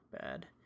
bad